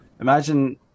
imagine